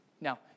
Now